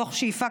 תוך שאיפה,